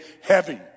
heavy